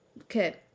Okay